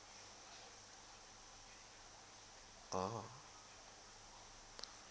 orh